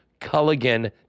Culligan